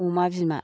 अमा बिमा